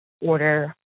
order